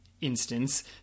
instance –